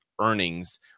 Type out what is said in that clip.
earnings